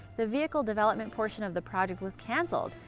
the vehicle-development portion of the project was canceled,